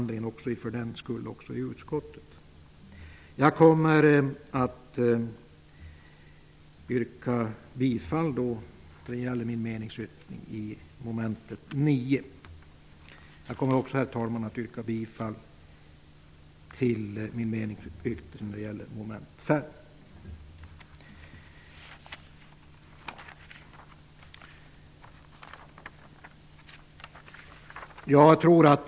Det gäller för den delen också beträffande behandlingen i utskottet. Jag yrkar bifall till mina meningsyttringar under mom. 9 och 5.